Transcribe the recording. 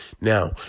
Now